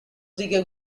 decay